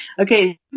Okay